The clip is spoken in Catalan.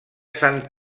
sant